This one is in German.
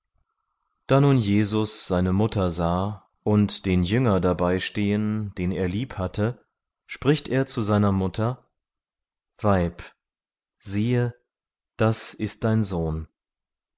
da nun jesus seine mutter sah und den jünger dabeistehen den er liebhatte spricht er zu seiner mutter weib siehe das ist dein sohn